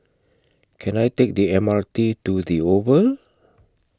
Can I Take The M R T to The Oval